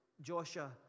Joshua